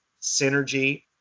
Synergy